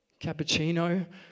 cappuccino